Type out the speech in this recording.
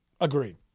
Agreed